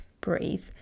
breathe